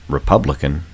Republican